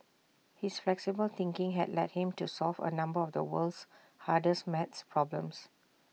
his flexible thinking had led him to solve A number of the world's hardest math problems